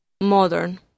modern